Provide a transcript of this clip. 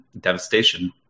devastation